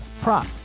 prop